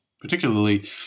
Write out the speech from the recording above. particularly